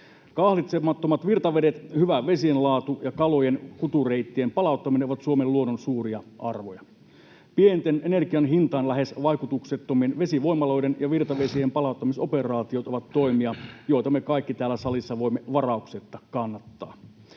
Kahlitsemattomat virtavedet, hyvä vesien laatu ja kalojen kutureittien palauttaminen ovat Suomen luonnon suuria arvoja. Pienten, energian hintaan lähes vaikutuksettomien vesivoimaloiden ja virtavesien palauttamisoperaatiot ovat toimia, joita me kaikki täällä salissa voimme varauksetta kannattaa.